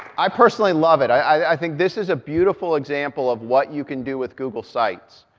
i personally love it. i think this is a beautiful example of what you can do with google sites.